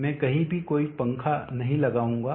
मैं कहीं भी कोई पंखा नहीं लगाऊंगा